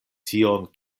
tion